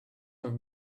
have